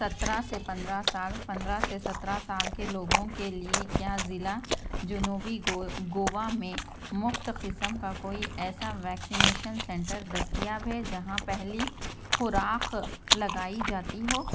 سترہ سے پندرہ سال پندرہ سے سترہ سال کے لوگوں کے لیے کیا ضلع جنوبی گو گوا میں مفت قسم کا کوئی ایسا ویکسینیشن سینٹر دستیاب ہے جہاں پہلی خوراخ لگائی جاتی ہو